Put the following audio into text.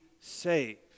saved